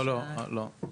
לא, לא.